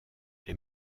les